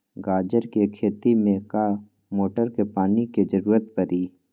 गाजर के खेती में का मोटर के पानी के ज़रूरत परी?